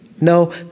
No